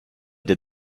did